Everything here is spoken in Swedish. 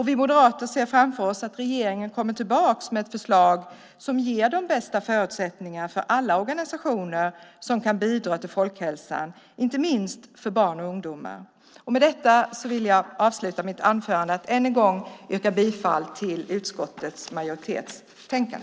Vi moderater ser framför oss att regeringen kommer tillbaka med ett förslag som ger de bästa förutsättningarna för alla organisationer som kan bidra till folkhälsan, inte minst för barn och ungdomar. Jag vill avsluta mitt anförande med att än en gång yrka bifall till förslaget i utskottets betänkande.